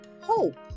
hope